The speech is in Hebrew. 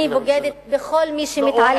אני בוגדת בכל מי שמתעלל בי.